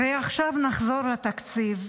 ועכשיו נחזור לתקציב,